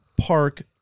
park